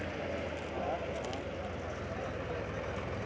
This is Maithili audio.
सर हमरो लोन ले खातिर की करें परतें?